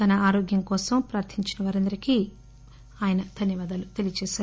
తన ఆరోగ్యం కోసం క్రార్థించిన వారందరికీ ఆయన ధన్వవాదాలు తెలియచేశారు